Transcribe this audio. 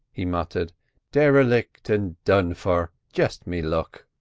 he muttered derelick and done for just me luck!